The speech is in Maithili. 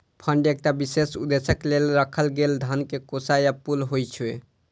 फंड एकटा विशेष उद्देश्यक लेल राखल गेल धन के कोष या पुल होइ छै